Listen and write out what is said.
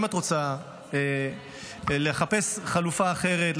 אם את רוצה לחפש חלופה אחרת,